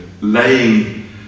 laying